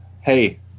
Hey